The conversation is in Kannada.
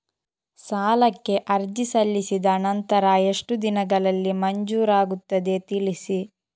ಸಾಲಕ್ಕೆ ಅರ್ಜಿ ಸಲ್ಲಿಸಿದ ನಂತರ ಎಷ್ಟು ದಿನಗಳಲ್ಲಿ ಮಂಜೂರಾಗುತ್ತದೆ ತಿಳಿಸಿ?